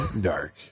dark